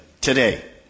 today